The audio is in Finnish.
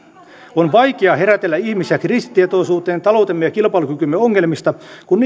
on vaikea herätellä ihmisiä kriisitietoisuuteen taloutemme ja kilpailukykymme ongelmista kun